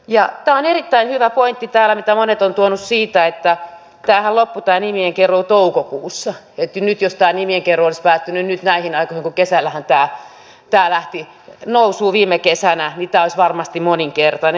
tämä on erittäin hyvä pointti mitä monet ovat täällä tuoneet siitä tämä nimien keruuhan loppui toukokuussa että jos tämä nimien keruu olisi päättynyt nyt näihin aikoihin kun viime kesänähän tämä lähti nousuun niin tämä olisi varmasti moninkertainen